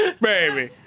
Baby